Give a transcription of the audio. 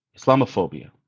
Islamophobia